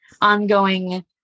ongoing